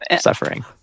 suffering